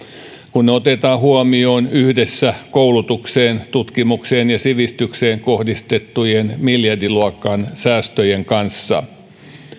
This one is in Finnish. kun se otetaan huomioon yhdessä koulutukseen tutkimukseen ja sivistykseen kohdistettujen miljardiluokan säästöjen kanssa